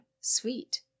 Sweet